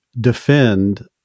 defend